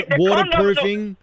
waterproofing